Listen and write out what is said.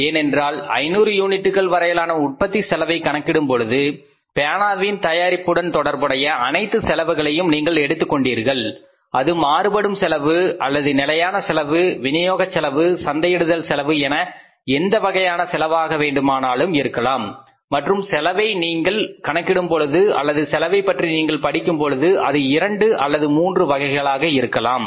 ஏனென்றால் 500 யூனிட்டுகள் வரையிலான உற்பத்தி செலவை கணக்கிடும் பொழுது பேனாவின் தயாரிப்புடன் தொடர்புடைய அனைத்து செலவுகளையும் நீங்கள் எடுத்துக் கொண்டீர்கள் அது மாறுபடும் செலவு அல்லது நிலையான செலவு விநியோகச் செலவு சந்தையிடுதல் செலவு என எந்த வகையான செலவாக வேண்டுமானாலும் இருக்கலாம் மற்றும் செலவை நீங்கள் கணக்கிடும் பொழுது அல்லது செலவைப் பற்றி நீங்கள் படிக்கும் பொழுது அது இரண்டு அல்லது மூன்று வகைகளாக இருக்கலாம்